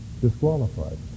Disqualified